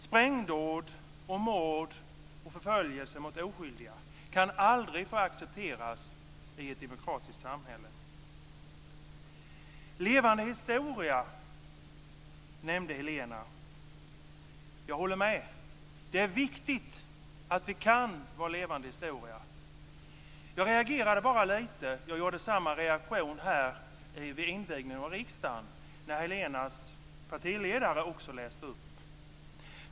Sprängdåd, mord och förföljelse av oskyldiga kan aldrig accepteras i ett demokratiskt samhälle. Helena Frisk nämnde Levande historia. Jag håller med om att det är viktigt att vi kan vår levande historia. Men jag reagerade lite här, och jag gjorde samma reaktion vid invigningen av riksdagen när Helena Frisks partiledare läste.